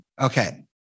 okay